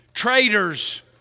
traitors